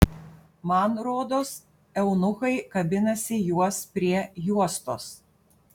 man rodos eunuchai kabinasi juos prie juostos